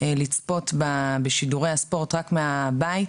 לצפות בשידורי הספורט רק מהבית,